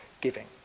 giving